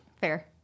Fair